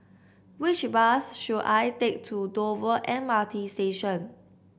which bus should I take to Dover M R T Station